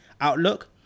outlook